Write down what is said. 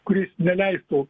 kuris neleistų